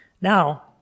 Now